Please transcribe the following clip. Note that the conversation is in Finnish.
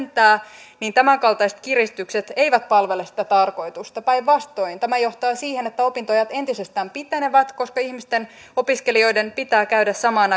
haluttu lyhentää joten tämänkaltaiset kiristykset eivät palvele sitä tarkoitusta päinvastoin tämä johtaa siihen että opintoajat entisestään pitenevät koska ihmisten opiskelijoiden pitää käydä samaan